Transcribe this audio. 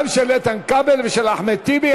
גם של איתן כבל ושל אחמד טיבי,